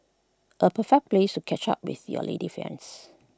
A perfect place to catch up with your lady friends